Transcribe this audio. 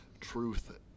truth